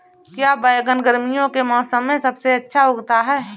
क्या बैगन गर्मियों के मौसम में सबसे अच्छा उगता है?